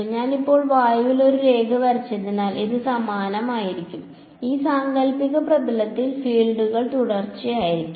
ഞാൻ ഇപ്പോൾ വായുവിൽ ഒരു രേഖ വരച്ചതിനാൽ ഇത് സമാനമായിരിക്കും ഈ സാങ്കൽപ്പിക പ്രതലത്തിൽ ഫീൽഡുകൾ തുടർച്ചയായിരിക്കും